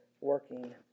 working